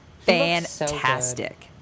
fantastic